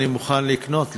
אני מוכן לקנות,